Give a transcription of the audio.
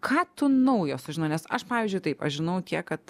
ką tu naujo sužinojai nes aš pavyzdžiui taip aš žinau tiek kad